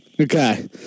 Okay